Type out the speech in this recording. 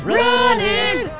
running